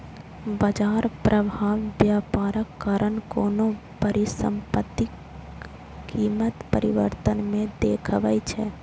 बाजार प्रभाव व्यापारक कारण कोनो परिसंपत्तिक कीमत परिवर्तन मे देखबै छै